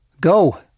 Go